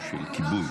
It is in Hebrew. גם של כיבוי.